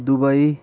Dubai